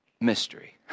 mystery